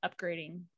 upgrading